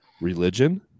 religion